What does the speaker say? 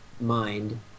mind